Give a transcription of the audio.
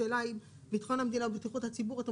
השאלה היא אם בעניין ביטחון המדינה ובטיחות הציבור אתם